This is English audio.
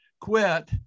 quit